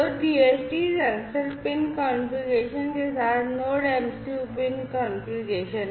तो DHT sensor pin configuration के साथ नोड MCU पिन कॉन्फ़िगरेशन